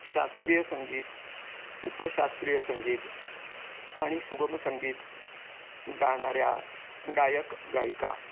शास्त्रीय संगीत उपशास्त्रीय संगीत आणि सुगम संगीत गाणाऱ्या गायक गायिका